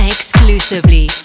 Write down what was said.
Exclusively